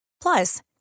Plus